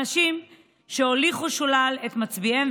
אנשים שהוליכו שולל את מצביעיהם,